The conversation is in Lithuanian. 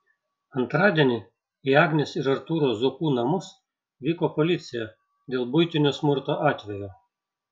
antradienį į agnės ir artūro zuokų namus vyko policija dėl buitinio smurto atvejo